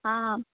હા હા